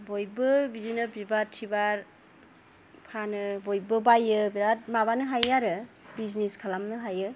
बयबो बिदिनो बिबार थिबार फानो बयबो बायो बिराथ माबानो हायो आरो बिजनेस खालामनो हायो